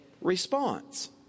response